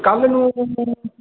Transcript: ਕੱਲ੍ਹ ਨੂੰ